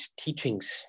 teachings